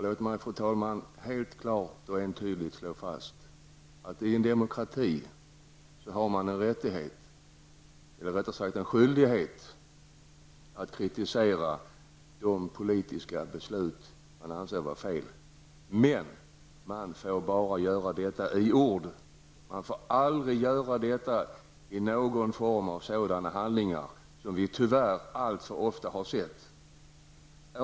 Låt mig, fru talman, helt klart och entydigt slå fast att man i en demokrati har en rättighet, eller rättare sagt en skyldighet, att kritisera de politiska beslut man anser är fel. Men man får bara göra detta i ord. Man får aldrig göra detta i någon form av sådana handlingar som vi tyvärr alltför ofta har sett.